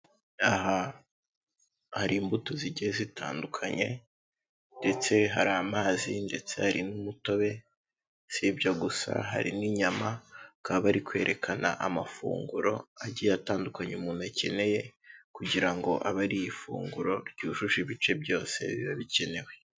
Aha hari imbuto zigiye zitandukanye, ndetse hari amazi, ndetse hari n'umutobe, si ibyo gusa hari n'inyama, bakaba bari kwerekana amafunguro agiye atandukanye umuntu akeneye kugira ngo abe ariye ifunguro ryujuje ibice byose biba bikenewe.